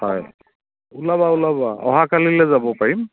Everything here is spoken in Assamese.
হয় ওলাবা ওলাবা অহা কালিলৈ যাব পাৰিম